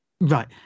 Right